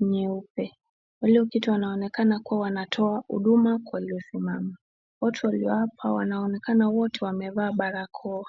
nyeupe. Walioketi wanaonekana kuwa wanatoa huduma kwa waliosimama. Wote walio hapa wanaonekana wote wamevaa barakoa.